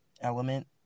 element